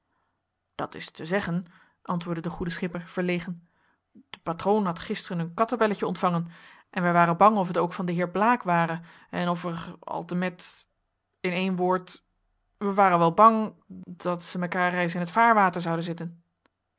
dat is te zeggen antwoordde de goede schipper verlegen de patroon had gisteren een kattebelletje ontvangen en wij waren bang of het ook van den heer blaek ware en of er altemet in één woord wij waren wel bang dat zij mekaar reis in t vaarwater zouen zitten